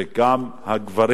וגם הגברים.